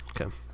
Okay